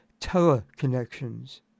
teleconnections